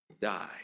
die